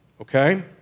okay